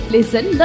Listen